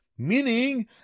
meaning